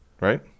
right